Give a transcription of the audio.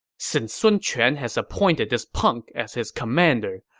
since sun quan has appointed this punk as his commander,